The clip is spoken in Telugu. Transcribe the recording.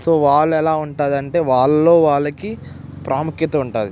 సో వాళ్ళెలా ఉంటారంటే వాళ్ళల్లో వాళ్ళకి ప్రాముఖ్యత ఉంటుంది